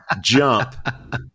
Jump